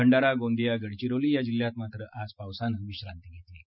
भंडारा गोदींया गडचिरोली जिल्ह्यात मात्र आज पावसानं विश्रांती घेतली आहे